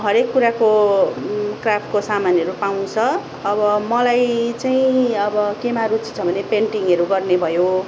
हरेक कुराको क्राफ्टको सामानहरू पाउँछ अब मलाई चाहिँ अब केमा रूचि छ भने पेन्टिङहरू गर्ने भयो